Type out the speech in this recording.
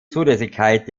zulässigkeit